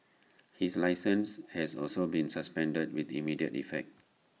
his licence has also been suspended with immediate effect